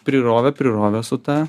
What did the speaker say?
prirovė prirovė su ta